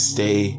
Stay